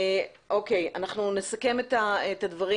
אנחנו נסכם את הדברים